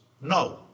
no